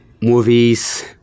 movies